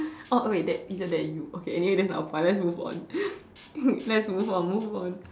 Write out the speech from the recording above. oh wait that isn't that you okay anyway that's not the point let's move on let's move on move on